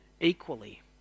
equally